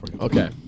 Okay